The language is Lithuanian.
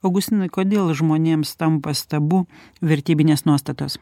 augustinai kodėl žmonėms tampa stabu vertybinės nuostatos